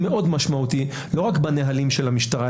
לא רק בנהלים של המשטרה,